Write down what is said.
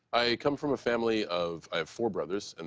i come from a family of i have four brothers, and